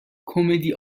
کمدی